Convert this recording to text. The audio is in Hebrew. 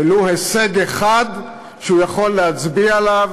ולו הישג אחד שהוא יכול להצביע עליו